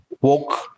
woke